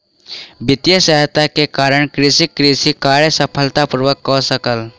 वित्तीय सहायता के कारण कृषक कृषि कार्य सफलता पूर्वक कय सकल